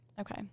Okay